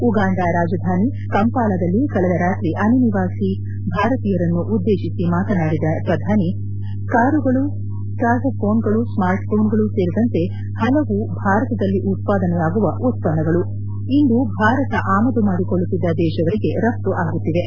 Uganda ರಾಜಧಾನಿ ಕಂಪಾಲದಲ್ಲಿ ಕಳೆದ ರಾತ್ರಿ ಅವರು ಅನಿವಾಸಿ ಭಾರತೀಯರನ್ನು ಉದ್ದೇಶಿಸಿ ಮಾತನಾಡಿದ ಪ್ರಧಾನಿ ಕಾರುಗಳು ಸ್ನಾರ್ಟ್ ಘೋನ್ಗಳು ಸೇರಿದಂತೆ ಹಲವು ಭಾರತದಲ್ಲಿ ಉತ್ಪಾದನೆಯಾಗುವ ಉತ್ಪನ್ನಗಳು ಇಂದು ಭಾರತ ಆಮದು ಮಾಡಿಕೊಳ್ಳುತ್ತಿದ್ದ ದೇಶಗಳಿಗೆ ರಫ್ತು ಆಗುತ್ತಿವೆ